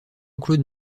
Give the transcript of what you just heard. claude